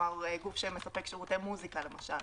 למשל גוף שמספק שירותי מוזיקה?